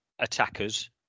attackers